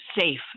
safe